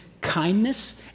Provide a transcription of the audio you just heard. kindness